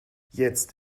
jetzt